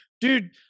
dude